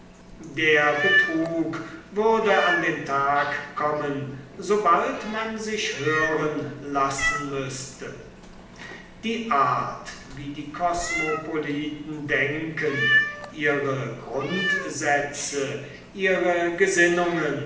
der betrug würde an den tag kommen so bald man sich hören lassen müßte die art wie die kosmopoliten denken ihre grundsätze ihre gesinnungen